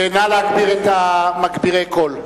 נא להגביר את מגבירי הקול.